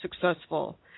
successful